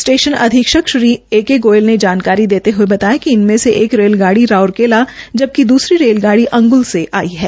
station अधीक्षक Shri A K Goyal ने जानकारी देते हये बताया कि इनमें से एक रेलगाड़ी राउरकेला जबकि द्सरी रेल गाड़ी अंग्ल से से आई है